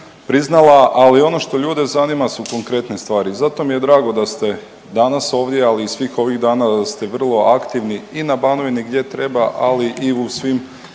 priznala, ali ono što ljude zanima su konkretne stvari. I zato mi je drago da ste danas ovdje, ali i svih ovih dana da ste vrlo aktivni i na Banovini gdje treba, ali i u svim